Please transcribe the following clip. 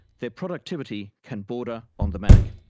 their productivity can border on the manic.